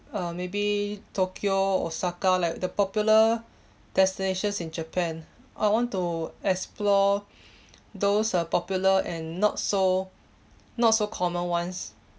uh maybe tokyo osaka like the popular destinations in japan I want to explore those are popular and not so not so common ones